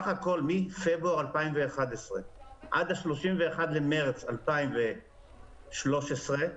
מפברואר 2011 ועד 31 במרץ 2013,